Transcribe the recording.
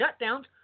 shutdowns